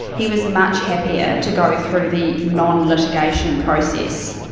he was much happier to go through the non-litigation process.